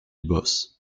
bosse